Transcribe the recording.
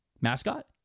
mascot